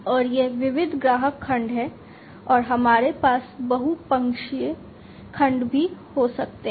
और यह विविध ग्राहक खंड है और हमारे पास बहु पक्षीय खंड भी हो सकते हैं